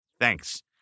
Thanks